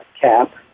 cap